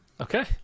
Okay